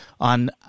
on